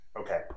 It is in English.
Okay